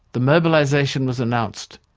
the mobilization was announced.